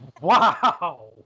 Wow